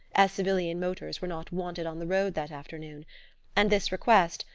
as civilian motors were not wanted on the road that afternoon and this request,